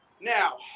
now